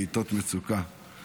בעיתות מצוקה.